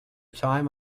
time